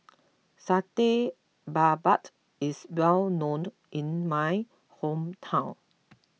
Satay Babat is well known in my hometown